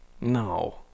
No